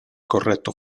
corretto